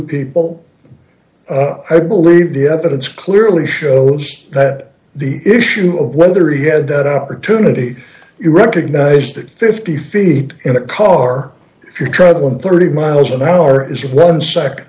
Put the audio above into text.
people i believe the evidence clearly shows that the issue of whether he had that opportunity to recognize that fifty feet in a car if you're traveling thirty miles an hour is one sec